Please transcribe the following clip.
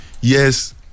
Yes